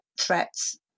threats